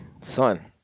Son